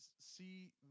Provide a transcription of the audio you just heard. see